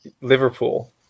Liverpool